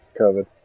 COVID